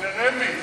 זה רמ"י.